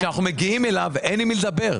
כשאנחנו מגיעים אליו, אין עם מי לדבר.